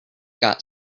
got